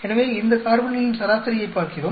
எனவே இந்த கார்பன்களின் சராசரியைப் பார்க்கிறோம்